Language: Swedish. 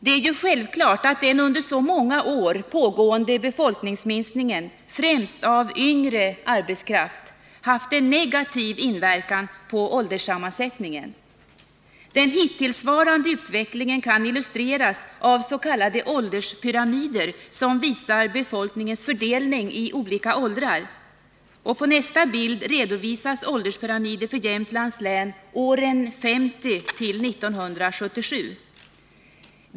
Det är ju självklart att den under så många år pågående befolkningsminskningen, främst av yngre arbetskraft, haft en negativ inverkan på ålderssammansättningen. Den hittillsvarande utvecklingen kan illustreras av s.k. ålderspyramider som visar befolkningens fördelning i olika åldrar. På nästa bild redovisas ålderspyramider för Jämtlands län åren 1950-1977.